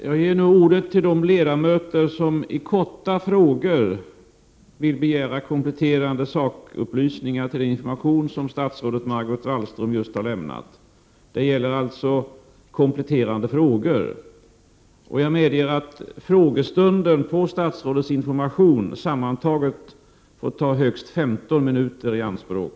Jag ger nu ordet till de ledamöter som i korta frågor vill begära kompletterande sakupplysningar till den information som statsrådet Margot Wallström just har lämnat. Det gäller alltså kompletterande frågor. Frågestunden i anslutning till statsrådets information bör sammantaget få ta högst 15 minuter i anspråk.